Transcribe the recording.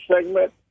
segment